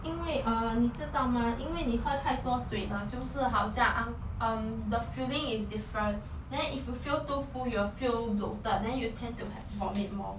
因为 err 你知道吗因为你喝太多水了就是好像 un~ um the feeling is different then if you feel too full you will feel bloated then you will tend to have vomit more